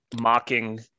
mocking